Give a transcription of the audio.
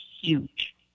huge